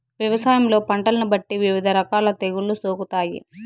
వ్యవసాయంలో పంటలను బట్టి వివిధ రకాల తెగుళ్ళు సోకుతాయి